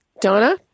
Donna